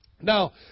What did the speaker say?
Now